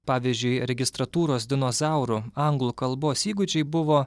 pavyzdžiui registratūros dinozaurų anglų kalbos įgūdžiai buvo